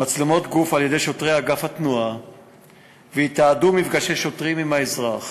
גוף על-ידי שוטרי אגף התנועה והן יתעדו מפגשי שוטרים עם האזרח.